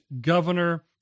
governor